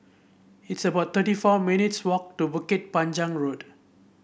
it's about thirty four minutes' walk to Bukit Panjang Road